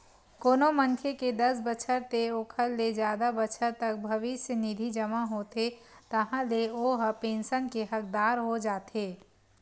कोनो मनखे के दस बछर ते ओखर ले जादा बछर तक भविस्य निधि जमा होथे ताहाँले ओ ह पेंसन के हकदार हो जाथे